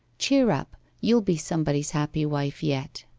cheer up you'll be somebody's happy wife yet